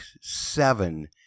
seven